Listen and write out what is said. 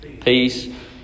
Peace